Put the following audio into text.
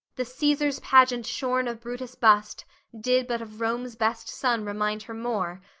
the caesar's pageant shorn of brutus' bust did but of rome's best son remind her more,